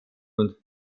und